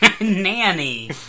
Nanny